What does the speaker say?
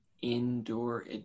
Indoor